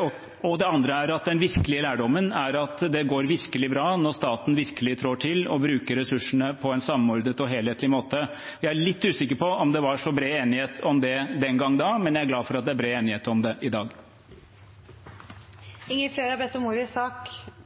og at den virkelige lærdommen er at det går virkelig bra når staten virkelig trår til og bruker ressursene på en samordnet og helhetlig måte. Jeg er litt usikker på om det var så bred enighet om det den gang da, men jeg er glad for at det er bred enighet om det i dag. Flere har ikke bedt om ordet til sak